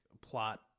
plot